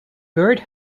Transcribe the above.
bird